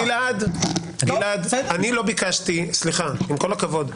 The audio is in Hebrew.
גלעד, סליחה, עם כל הכבוד.